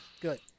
Good